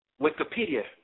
Wikipedia